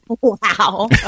wow